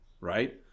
right